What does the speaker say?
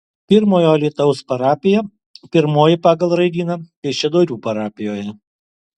pirmojo alytaus parapija pirmoji pagal raidyną kaišiadorių parapijoje